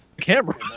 camera